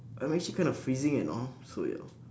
I'm actually kind of freezing and all so ya